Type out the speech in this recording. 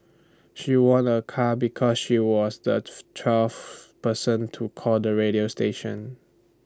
she won A car because she was the twelfth person to call the radio station